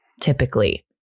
typically